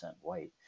white